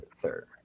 third